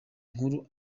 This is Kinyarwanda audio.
nkuru